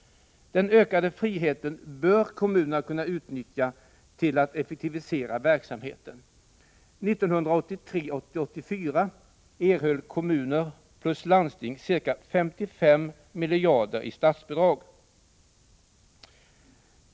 Den ökade friheten bör kommunerna kunna utnyttja till att effektivisera verksamheten. 1983/84 erhöll kommuner och landsting ca 55 miljarder i statsbidrag.